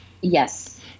Yes